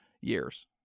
years